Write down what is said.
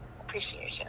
appreciation